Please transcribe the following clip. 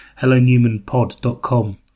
hellonewmanpod.com